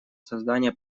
создания